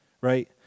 right